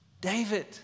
David